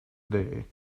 day